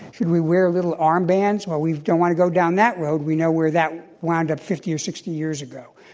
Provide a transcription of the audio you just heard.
should we wear little arm bands? well, we don't want to go down that road. we know where that wound up fifty or sixty years ago.